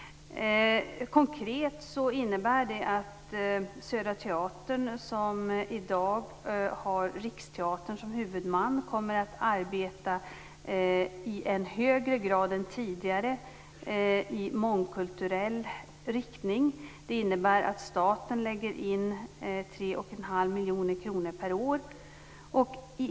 Konkret innebär det att Södra Teatern, som i dag har Riksteatern som huvudman, i högre grad än tidigare kommer att arbeta i mångkulturell riktning. Det innebär att staten betalar 3 1⁄2 miljoner kronor per år.